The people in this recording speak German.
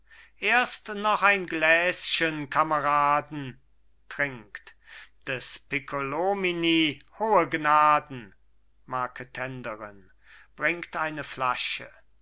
erst noch ein gläschen kameraden trinkt des piccolomini hohe gnaden marketenderin bringt eine flasche